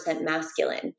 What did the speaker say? masculine